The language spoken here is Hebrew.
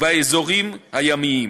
באזורים הימיים.